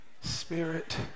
Spirit